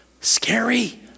scary